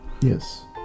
yes